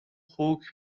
خوک